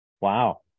Wow